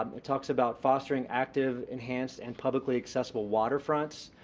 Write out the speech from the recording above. um it talks about fostering active, enhanced, and publicly accessible waterfronts.